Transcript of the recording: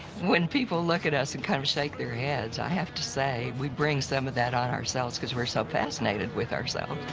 when people look at us and kind of shake their heads, i have to say we bring some of that on ourselves because we are so fascinated with ourselves.